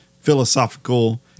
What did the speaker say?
philosophical